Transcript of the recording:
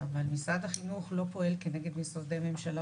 אבל משרד החינוך לא פועל כנגד משרדי ממשלה